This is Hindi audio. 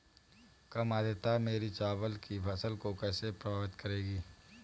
कम आर्द्रता मेरी चावल की फसल को कैसे प्रभावित करेगी?